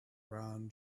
brown